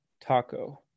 taco